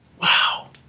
Wow